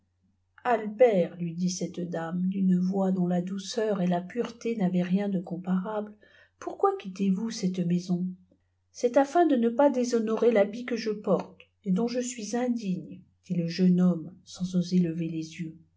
albert lui dit cette dame d'une voix dont la douceur et la pureté n'avaient rien de comparable pourquoi quittez vou cett maison c'est afin de ne pas déshotferer l'habit que je porte et dont je suis indigne dit le jeune homme sans oser lever les yeux